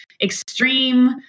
extreme